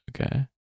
Okay